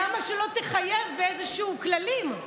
למה שלא תחייב באיזשהם כללים?